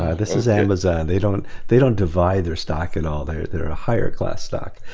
this is amazon. they don't they don't divide their stock at all. they're they're a higher class stock,